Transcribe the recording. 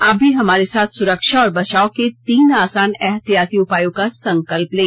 आप भी हमारे साथ सुरक्षा और बचाव के तीन आसान एहतियाती उपायों का संकल्प लें